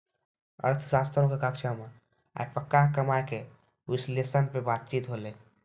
अर्थशास्त्रो के कक्षा मे आइ पक्का कमाय के विश्लेषण पे बातचीत होलै